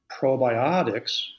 probiotics